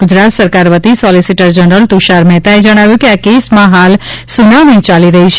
ગુજરાત સરકાર વતી solicitor general Tushar મહેતાએ જણાવ્યું કે આ કેસમાં હાલ સુનાવણી ચાલી રહી છે